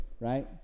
right